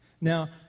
Now